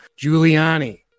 Giuliani